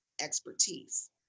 expertise